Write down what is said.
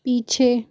पीछे